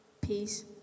Peace